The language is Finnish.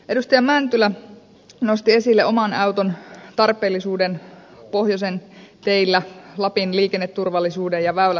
edustaja mäntylä nosti esille oman auton tarpeellisuuden pohjoisen teillä lapin liikenneturvallisuuden ja sen että väylät ovat kunnossa